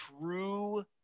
true